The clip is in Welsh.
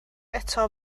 eto